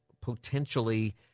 potentially